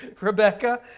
Rebecca